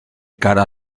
cara